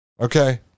Okay